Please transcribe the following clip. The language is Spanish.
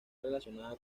relacionada